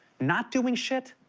not doing shit,